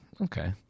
Okay